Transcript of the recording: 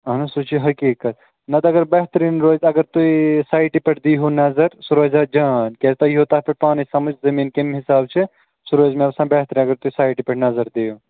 اہن حظ سُہ چھُ حقیٖقَت نَتہٕ اگر بہتریٖن روزِ اگر تُہۍ سایٹہِ پٮ۪ٹھ دِیٖہُو نظر سُہ روزِ ہہ جان کیٛازِ تۄہہِ ییٖہَو تَتھ پٮ۪ٹھ پانَے سٕمجھ زٔمیٖن کمہِ حِساب چھِ سُہ روزِ مےٚ باسان بہتریٖن اگر تُہۍ سایٹہِ پٮ۪ٹھ نظر دِیِو